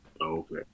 okay